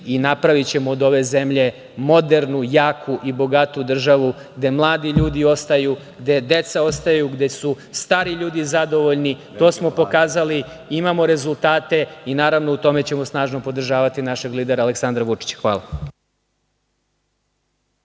i napravićemo od ove zemlje modernu, jaku i bogatu državu, gde mladi ljudi ostaju, gde deca ostaju, gde su stari ljudi zadovoljni. To smo pokazali, imamo rezultate i, naravno, u tome ćemo snažno podržavati našeg lidera Aleksandra Vučića.